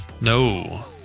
No